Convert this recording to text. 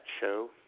show